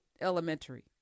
elementary